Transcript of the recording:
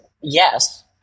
yes